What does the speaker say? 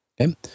Okay